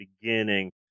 beginning